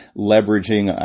leveraging